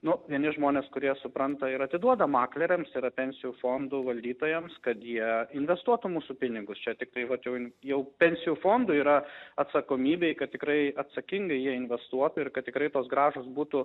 nu vieni žmonės kurie supranta ir atiduoda makleriams yra pensijų fondų valdytojams kad jie investuotų mūsų pinigus čia tiktai vat jau jau pensijų fondų yra atsakomybėj kad tikrai atsakingai jie investuotų ir kad tikrai tos grąžos būtų